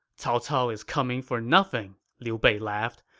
cao cao is coming for nothing, liu bei laughed.